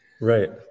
Right